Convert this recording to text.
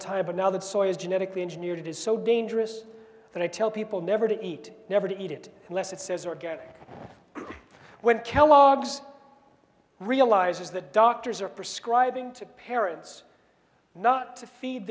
time but now that soyuz genetically engineered it is so dangerous that i tell people never to eat never to eat it unless it says organic when kellogg's realizes that doctors are prescribing to parents not to feed